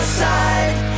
side